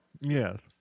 Yes